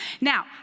Now